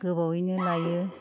गोबावयैनो लायो